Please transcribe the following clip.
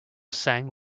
sang